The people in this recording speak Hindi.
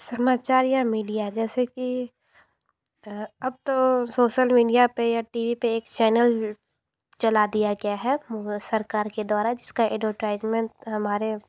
समाचार या मीडिया जैसे कि अब तो सोसल मीडिया पे या टी वी पे एक चैनल चला दिया गया है सरकार के द्वारा जिसका एडवर्टाइजमेंट हमारे